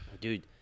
Dude